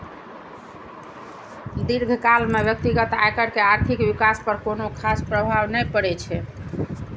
दीर्घकाल मे व्यक्तिगत आयकर के आर्थिक विकास पर कोनो खास प्रभाव नै पड़ै छै